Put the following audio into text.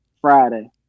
Friday